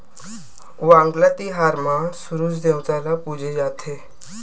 वांगला तिहार म सूरज देवता ल पूजे जाथे